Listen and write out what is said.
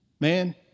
Man